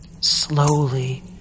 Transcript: slowly